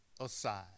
aside